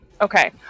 okay